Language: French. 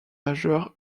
majeures